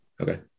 Okay